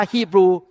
Hebrew